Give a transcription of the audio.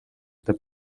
деп